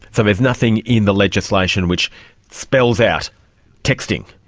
so there's nothing in the legislation which spells out texting?